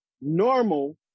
normal